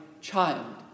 child